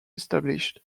established